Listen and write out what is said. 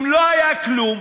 אם לא היה כלום,